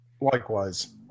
Likewise